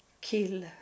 kill